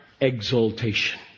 exaltation